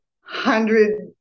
hundred